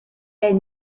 est